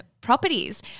properties